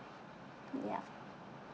ya